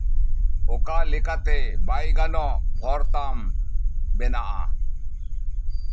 ᱚᱠᱟ ᱞᱮᱠᱟᱛᱮ ᱵᱟᱭ ᱜᱟᱱᱚᱜ ᱵᱷᱚᱨᱛᱟᱢ ᱵᱮᱱᱟᱜᱼᱟ